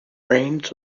raines